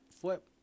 Flip